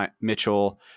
Mitchell